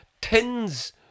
tins